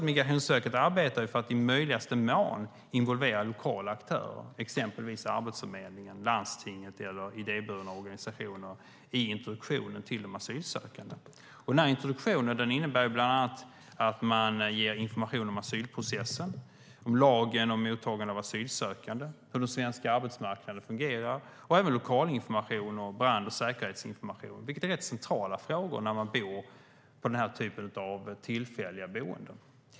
Migrationsverket arbetar för att i möjligaste mån involvera lokala aktörer, exempelvis Arbetsförmedlingen, landstinget eller idéburna organisationer, i introduktionen till de asylsökande. Introduktionen innebär bland annat information om asylprocessen, om lagen om mottagande av asylsökande, om hur den svenska arbetsmarknaden fungerar och även lokalinformation och brand och säkerhetsinformation, vilket är rätt centrala frågor när man bor på den här typen av tillfälliga boenden.